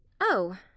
Oh